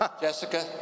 Jessica